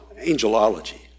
angelology